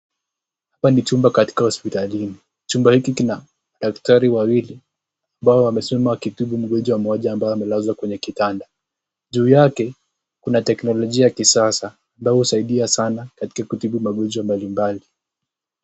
Hapa ni chumba katika hospitalini. Chumba hiki kina daktari wawili ambao wamesimama wakitibu mgonjwa mmoja ambaye amelazwa kwenye kitanda. Juu yake kuna teknolojia ya kisasa ambayo husaidia sana katika kutibu magonjwa mbalimbali.